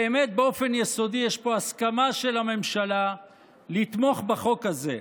באמת באופן יסודי יש פה הסכמה של הממשלה לתמוך בחוק הזה.